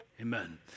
Amen